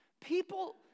People